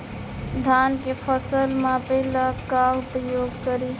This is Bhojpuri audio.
धान के फ़सल मापे ला का उपयोग करी?